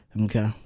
Okay